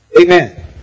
Amen